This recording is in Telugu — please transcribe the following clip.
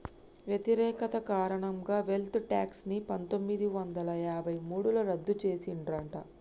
వ్యతిరేకత కారణంగా వెల్త్ ట్యేక్స్ ని పందొమ్మిది వందల యాభై మూడులో రద్దు చేసిండ్రట